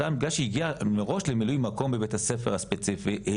בגלל שהיא הגיעה מראש למילוי מקום בבית הספר הספציפי אז